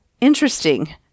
interesting